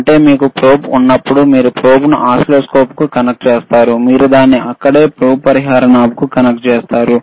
అంటే మీకు ప్రోబ్ ఉన్నప్పుడు మీరు ప్రోబ్ను ఓసిల్లోస్కోప్కు కనెక్ట్ చేస్తారు మీరు దీన్ని ఇక్కడే ప్రోబ్ పరిహార నాబ్కు కనెక్ట్ చేస్తారు